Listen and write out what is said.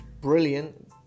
brilliant